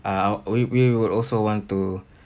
uh uh we we would also want to